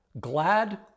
glad